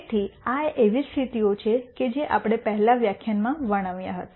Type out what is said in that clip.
તેથી આ એવી સ્થિતિઓ છે કે જે આપણે પહેલાના વ્યાખ્યાનમાં વર્ણવ્યા હતા